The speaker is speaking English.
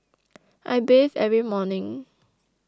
I bathe every morning